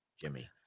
Jimmy